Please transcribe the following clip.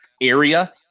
area